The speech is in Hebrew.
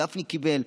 גפני קיבל,